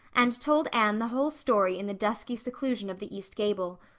and told anne the whole story in the dusky seclusion of the east gable.